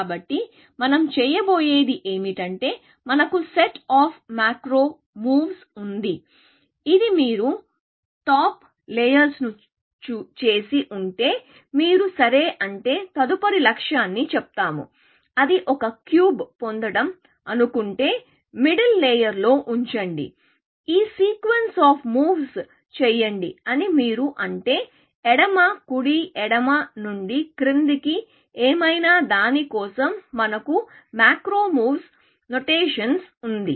కాబట్టి మనం చేయబోయేది ఏమిటంటే మనకు సెట్ అఫ్ మాక్రో మూవ్స్ ఉంది ఇది మీరు టాప్ లేయర్ను చేసి ఉంటే మీరు సరే అంటే తదుపరి లక్ష్యాన్ని చెప్తాము అది ఒక క్యూబ్ పొందడం అనుకుంటే మిడిల్ లేయర్లో ఉంచండి ఈ సీక్వెన్స్ అఫ్ మూవ్స్ చేయండి అని మీరు అంటే ఎడమ కుడి ఎడమ నుండి క్రిందికి ఏమైనా దాని కోసం మనకు మాక్రో మూవ్స్ నొటేషన్ ఉంది